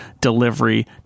delivery